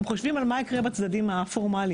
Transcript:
הם חושבים מה יקרה בצדדים הפורמליים,